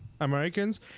Americans